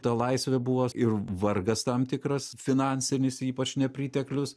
ta laisvė buvo ir vargas tam tikras finansinis ypač nepriteklius